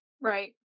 Right